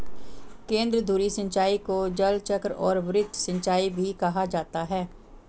केंद्रधुरी सिंचाई को जलचक्र और वृत्त सिंचाई भी कहा जाता है